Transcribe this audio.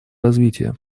развития